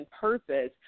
purpose